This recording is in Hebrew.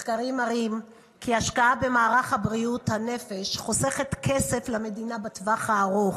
מחקרים מראים כי השקעה במערך בריאות הנפש חוסכת כסף למדינה בטווח הארוך.